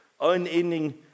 unending